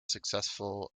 successful